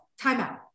Timeout